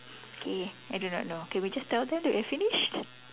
okay I do not know do we just tell them that we are finished